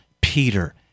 Peter